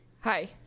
Hi